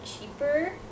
cheaper